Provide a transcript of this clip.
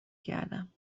کردم